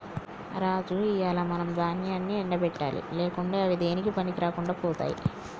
రాజు ఇయ్యాల మనం దాన్యాన్ని ఎండ పెట్టాలి లేకుంటే అవి దేనికీ పనికిరాకుండా పోతాయి